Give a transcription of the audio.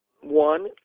one